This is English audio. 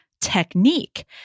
technique